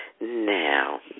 Now